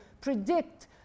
predict